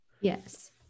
Yes